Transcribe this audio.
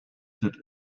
that